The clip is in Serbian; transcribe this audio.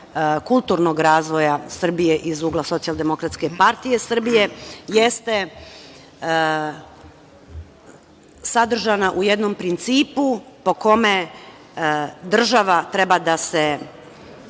kulturnog razvoja Srbije iz ugla Socijaldemokratske partije Srbije, jeste sadržana u jednom principu po kome država treba da se